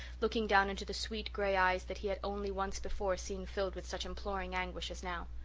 looking down into the sweet grey eyes that he had only once before seen filled with such imploring anguish as now.